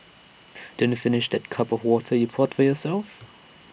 didn't finish that cup of water you poured for yourself